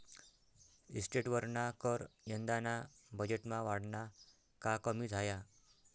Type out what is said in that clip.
इस्टेटवरना कर यंदाना बजेटमा वाढना का कमी झाया?